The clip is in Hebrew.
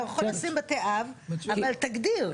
אתה יכול לשים בתי אב, אבל תגדיר.